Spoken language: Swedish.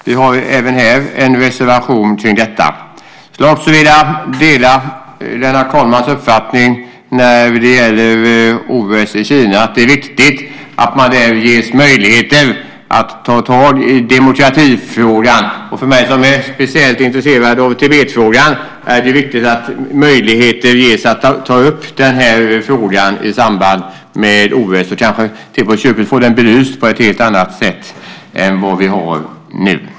Även om detta har vi en reservation. Vidare delar jag Lennart Kollmats uppfattning när det gäller OS i Kina. Det är viktigt att man där ges möjligheter att ta tag i demokratifrågan. För mig som är speciellt intresserad av Tibetfrågan är det viktigt att möjligheter ges att ta upp den frågan i samband med OS och kanske få den belyst på ett helt annat sätt än vad som är fallet nu.